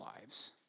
lives